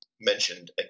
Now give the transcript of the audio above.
mentioned